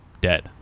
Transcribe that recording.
dead